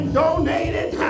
donated